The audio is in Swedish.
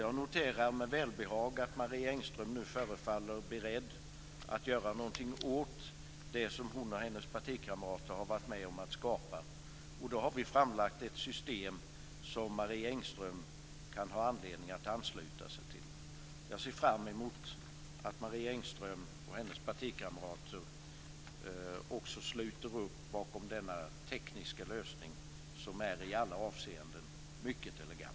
Jag noterar med välbehag att Marie Engström nu förefaller beredd att göra någonting åt det som hon och hennes partikamrater har varit med om att skapa, och då har vi framlagt ett system som Marie Engström kan ha anledning att ansluta sig till. Jag ser fram emot att Marie Engström och hennes partikamrater sluter upp bakom denna tekniska lösning, som i alla avseenden är mycket elegant.